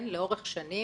לאורך השנים,